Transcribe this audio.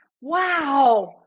Wow